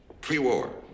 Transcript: pre-war